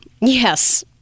Yes